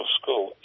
school